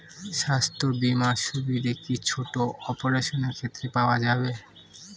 স্বাস্থ্য বীমার সুবিধে কি ছোট অপারেশনের ক্ষেত্রে পাওয়া যাবে?